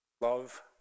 Love